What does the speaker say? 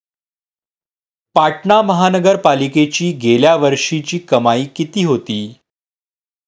पाटणा महानगरपालिकेची गेल्या वर्षीची कमाई किती होती?